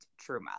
truma